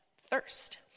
thirst